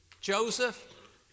Joseph